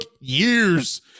years